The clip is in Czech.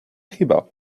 chyba